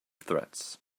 threads